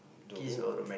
the whole